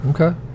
Okay